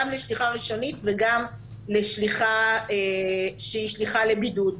גם לשליחה ראשונית וגם לשליחה שהיא שליחה לבידוד.